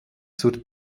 zur